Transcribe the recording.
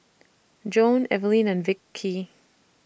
Joann Eveline and Vicy